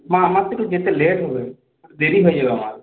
মা আমার তো একটু যেতে লেট হবে দেরি হয়ে যাবে আমার